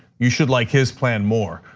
you should like his plan more,